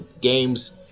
games